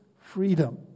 freedom